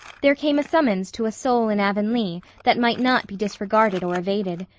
there came a summons to a soul in avonlea that might not be disregarded or evaded.